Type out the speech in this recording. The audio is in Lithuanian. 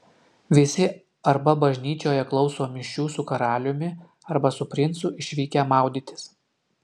visi arba bažnyčioje klauso mišių su karaliumi arba su princu išvykę maudytis